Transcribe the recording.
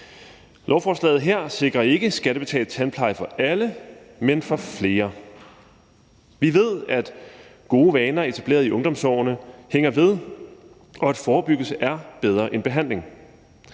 Lovforslaget her sikrer ikke skattebetalt tandpleje for alle, men for flere. Vi ved, at gode vaner etableret i ungdomsårene hænger ved, og at forebyggelse er bedre end behandling.